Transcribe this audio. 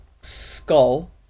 Skull